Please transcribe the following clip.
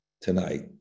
tonight